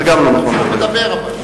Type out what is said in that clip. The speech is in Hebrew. זה גם לא נכון, דרך אגב.